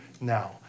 now